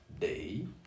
day